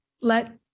let